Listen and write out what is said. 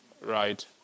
Right